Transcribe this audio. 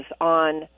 on